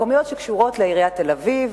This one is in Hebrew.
חדשות מקומיות שקשורות לעיריית תל-אביב,